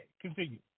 Continue